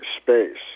space